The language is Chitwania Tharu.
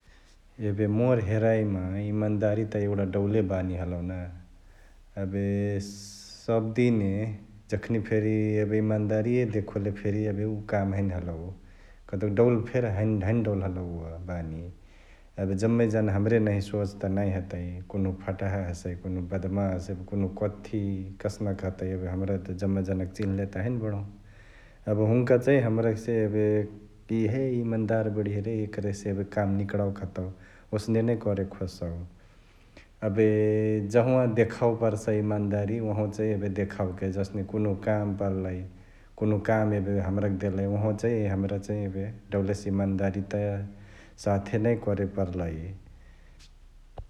एबे मोर हेराईमा इमन्दारी त एगुडा डौले बानी हलौ ना एबे सबदिने जखनी फेरी एबे इमन्दारिय देखोले फेरी एबे उ काम हैने हलौ कतउ डौल फेरी हैने....हैने डौल हलौ उअ बानी । एबे जम्मे जना हमरे नहिय सोझ त नांही हतै, कुन्हु फटाहा हसै, कुन्हु बदमाश एबे कुन्हु कथी कसनक हतै हमरा एबे जम्मा जना के चिन्हलेत हैने बडहु । एबे हुन्का चैं हमरासे एबे यिहे इमन्दार बढिय रे एकरसे एबे काम निकडओके हतौ ,ओसने नै करे खोजसउ । एबे जँहावा देखावे परसै इमन्दारी ओहवा चैं एबे देखाओके जसने कुन्हु काम परलई, कुन्हु काम एबे हमराके देलई ओहवा चैं हमरा चैं एबे डौलेसे इमन्दारिता साथे नै करे परलई ।